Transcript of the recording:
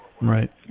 Right